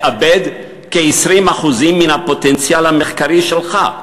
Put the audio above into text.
לאבד יותר מ-20% מן הפוטנציאל המחקרי שלך.